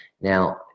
Now